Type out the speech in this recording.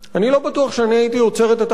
אני לא בטוח שאני הייתי עוצר את התהליך